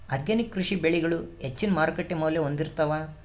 organic ಕೃಷಿ ಬೆಳಿಗಳು ಹೆಚ್ಚಿನ್ ಮಾರುಕಟ್ಟಿ ಮೌಲ್ಯ ಹೊಂದಿರುತ್ತಾವ